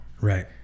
right